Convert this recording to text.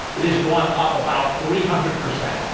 it has gone up about three hundred percent.